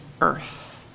earth